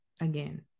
again